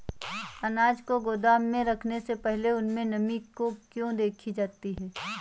अनाज को गोदाम में रखने से पहले उसमें नमी को क्यो देखी जाती है?